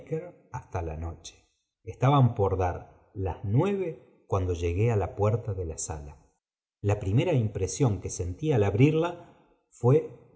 hasta la noche estaban por dar las nueve cuando llegué á la puerta de la sala la primera impresión que sentí al abrirla fué